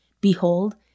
behold